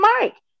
Mike